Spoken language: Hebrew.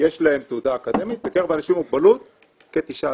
יש תעודה אקדמית, בקרב אנשים עם מוגבלות כ-19%,